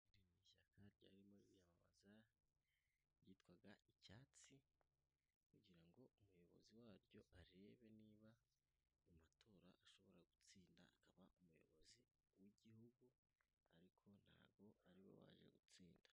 Ishyaka ryarimo kwiyamamaza ryitwaga icyatsi, kugira ngo umuyobozi waryo arebe niba amatora ashobora gutsinda, akaba umuyobozi w'igihugu ariko ntabwo ariwe waje gutsinda.